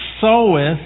soweth